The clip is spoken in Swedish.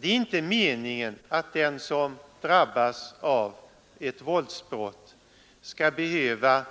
Det är inte meningen att den som drabbas av ett våldsbrott skall behöva